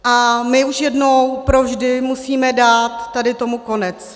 A my už jednou provždy musíme dát tady tomu konec.